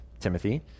Timothy